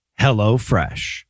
HelloFresh